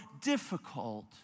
Difficult